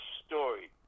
story